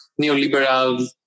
neoliberal